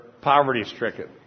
poverty-stricken